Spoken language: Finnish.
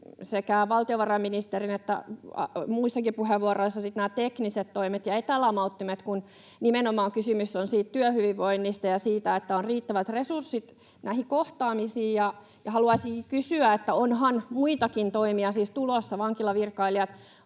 sekä valtiovarainministerin että muissakin puheenvuoroissa nämä tekniset toimet ja etälamauttimet, kun nimenomaan kysymys on työhyvinvoinnista ja siitä, että on riittävät resurssit näihin kohtaamisiin. Haluaisinkin kysyä: onhan muitakin toimia siis tulossa? Vankilavirkailijat